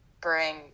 bring